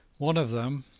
one of them,